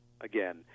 again